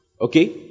Okay